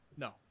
No